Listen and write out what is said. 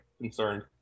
concerned